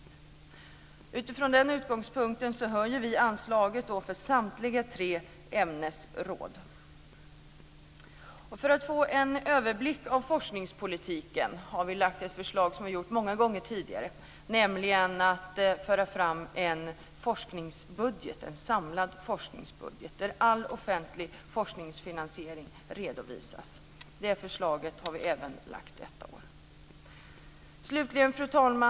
Utifrån den utgångspunkten höjer vi anslaget för samtliga tre ämnesråd. För att få överblick av forskningspolitiken har vi lagt fram ett förslag, som vi gjort många gånger tidigare, om att föra fram en samlad forskningsbudget där all offentlig forskningsfinansiering redovisas. Det förslaget har vi som sagt lagt fram även detta år.